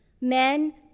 men